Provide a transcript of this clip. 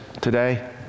today